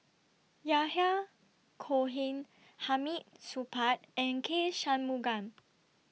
Yahya Cohen Hamid Supaat and K Shanmugam